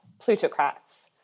plutocrats